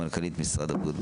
בבקשה, סמנכ"לית משרד הבריאות.